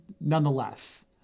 nonetheless